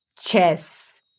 chess